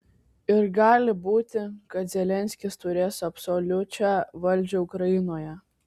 ir gali būti kad zelenskis turės absoliučią valdžią ukrainoje